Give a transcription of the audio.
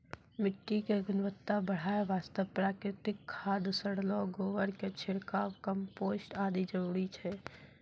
मिट्टी के गुणवत्ता बढ़ाय वास्तॅ प्राकृतिक खाद, सड़लो गोबर के छिड़काव, कंपोस्ट आदि जरूरी छै